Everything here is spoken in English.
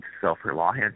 self-reliant